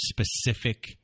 specific